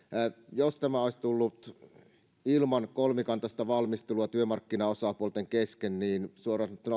jos tämä olisi tullut ilman kolmikantaista valmistelua työmarkkinaosapuolten kesken olisi suoraan sanottuna ollut